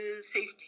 safety